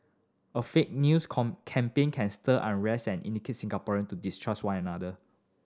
a fake news campaign can stir unrest and incite Singaporean to distrust one another